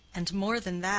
and more than that,